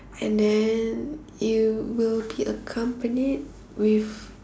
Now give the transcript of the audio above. and then you will be accompanied with